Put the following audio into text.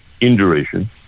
induration